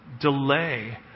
delay